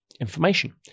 information